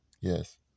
Yes